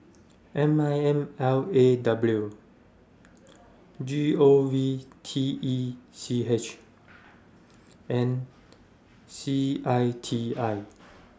M I N L A W G O V T E C H and C I T I